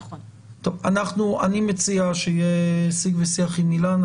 אני מציע שיהיה שיג ושיח עם אילנה.